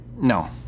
No